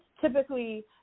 typically